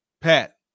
Pat